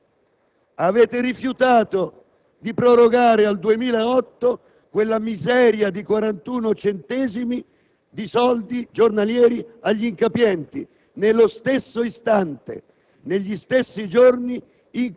è che voi avete votato, dietro queste foglie di fico, una redistribuzione pesante a favore dei capitalisti senza capitali e dei capitalisti con i capitali dei soldi dei tartassati italiani.